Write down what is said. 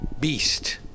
beast